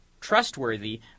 trustworthy